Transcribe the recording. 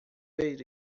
ver